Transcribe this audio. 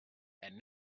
and